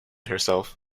herself